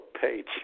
page